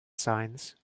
signs